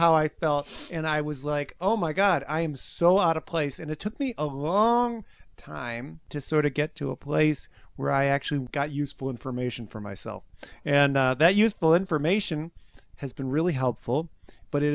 how i felt and i was like oh my god i am so out of place and it took me a long time to sort of get to a place where i actually got useful information for myself and that useful information has been really helpful but it